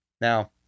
now